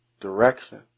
direction